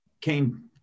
came